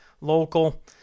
local